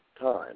time